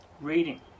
reading